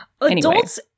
Adults